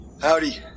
Howdy